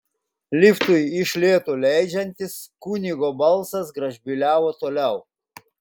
liftui iš lėto leidžiantis kunigo balsas gražbyliavo toliau